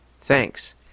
Thanks